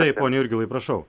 taip pone jurgilai prašau